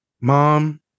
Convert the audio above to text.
Mom